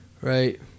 right